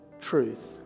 truth